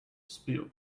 spill